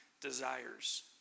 desires